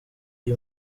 iyi